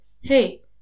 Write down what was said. Hey